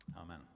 Amen